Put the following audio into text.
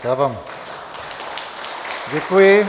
Já vám děkuji.